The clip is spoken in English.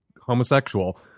homosexual